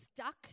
stuck